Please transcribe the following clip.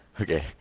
Okay